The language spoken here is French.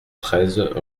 treize